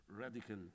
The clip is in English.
radical